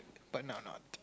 but now not